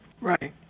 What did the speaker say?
Right